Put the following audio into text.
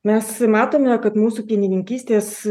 mes matome kad mūsų pienininkystės